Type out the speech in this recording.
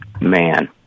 Man